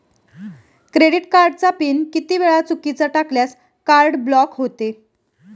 Credit कार्डचा pin किती वेळा चुकीचा टाकल्यास कार्ड ब्लॉक होते?